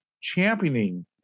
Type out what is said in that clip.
championing